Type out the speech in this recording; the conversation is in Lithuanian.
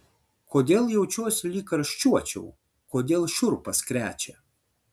kodėl jaučiuosi lyg karščiuočiau kodėl šiurpas krečia